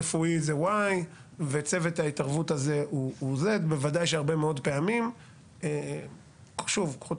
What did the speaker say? רפואי זה Y וצוות ההתערבות הוא Z". קחו את